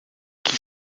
qui